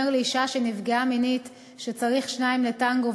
לאישה שנפגעה מינית ש"צריך שניים לטנגו",